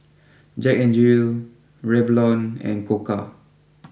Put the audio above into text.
Jack N Jill Revlon and Koka